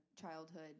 childhood